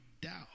doubt